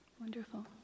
Wonderful